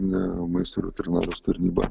ne maisto ir veterinarijos taryba